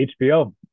HBO